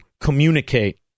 communicate